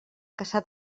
cassà